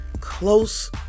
close